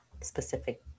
specific